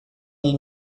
dil